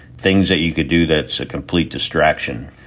things that you could do, that's a complete distraction.